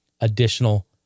additional